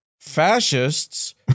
Fascists